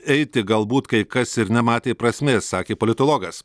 eiti galbūt kai kas ir nematė prasmės sakė politologas